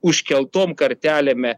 užkeltom kartelėm